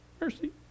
Mercy